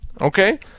Okay